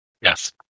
Yes